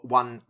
one